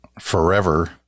forever